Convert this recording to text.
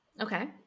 okay